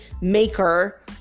maker